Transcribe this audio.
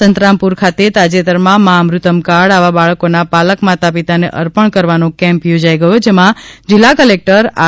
સંતરામપુર ખાતે તાજેતરમાં મા અમૃતમ કાર્ડ આવા બાળકોના પાલક માતાપિતાને અર્પણ કરવાનો કેમ્પ યોજાઈ ગયો જેમાં જિલ્લા કલેકટર આર